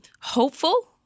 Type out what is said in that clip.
hopeful